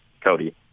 Cody